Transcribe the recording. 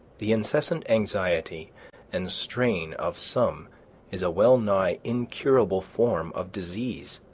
the incessant anxiety and strain of some is a well-nigh incurable form of disease.